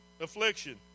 affliction